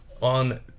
on